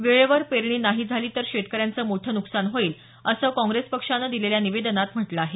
वेळेवर पेरणी नाही झाली तर शेतकऱ्यांचं मोठं नुकसान होईल असं पक्षानं दिलेल्या निवेदनात म्हटलं आहे